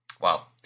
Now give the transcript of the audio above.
Wow